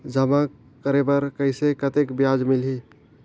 जमा करे बर कइसे कतेक ब्याज मिलही?